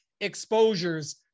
exposures